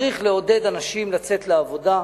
שצריך לעודד אנשים לצאת לעבודה,